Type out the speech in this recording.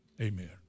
Amen